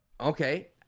Okay